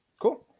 Cool